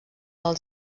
del